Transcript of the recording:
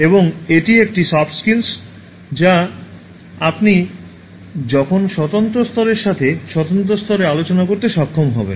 এবং এটি একটি সফট স্কিলস যা আপনি যখন স্বতন্ত্র স্তরের সাথে স্বতন্ত্র স্তরে আলোচনা করতে সক্ষম হন